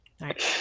right